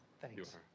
Thanks